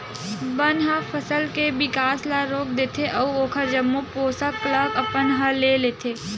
बन ह फसल के बिकास ल रोक देथे अउ ओखर जम्मो पोसक ल अपन ह ले लेथे